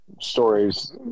stories